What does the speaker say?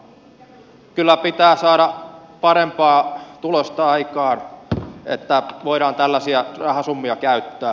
kyllä pitää saada parempaa tulosta aikaan että voidaan tällaisia rahasummia käyttää